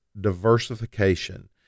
diversification